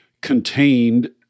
contained